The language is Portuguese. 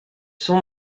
são